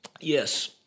Yes